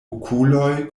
okuloj